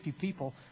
people